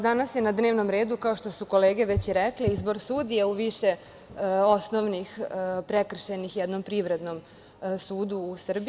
Danas je na dnevnom redu, kao što su kolege već rekle, izbor sudija u više osnovnih prekršajnih i jednom privrednom sudu u Srbiji.